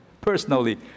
personally